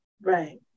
Right